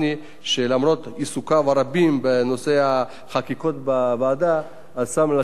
שלמרות עיסוקיו הרבים בנושא החקיקות בוועדה שם את זה על סדר-היום,